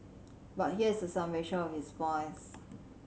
but here is a summation of his points